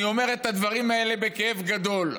אני אומר את הדברים האלה בכאב גדול.